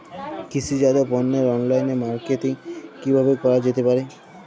কৃষিজাত পণ্যের online marketing কিভাবে করা যেতে পারে?